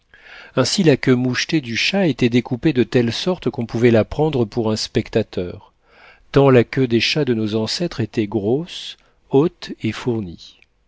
ainsi la queue mouchetée du chat était découpée de telle sorte qu'on pouvait la prendre pour un spectateur tant la queue des chats de nos ancêtres était grosse haute et fournie